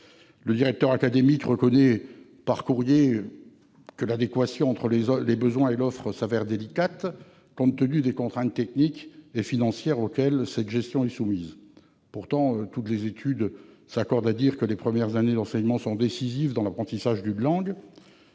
Le directeur académique reconnaît par courrier que l'adéquation entre les besoins et l'offre est difficile à réaliser, compte tenu des contraintes techniques et financières auxquelles cette gestion est soumise. Pourtant, toutes les études s'accordent pour souligner que les premières années d'enseignement sont décisives dans l'apprentissage d'une langue.